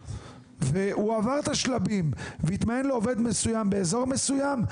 והוא עבר את השלבים והתמיין לעובד מסוים באזור מסוים.